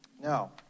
Now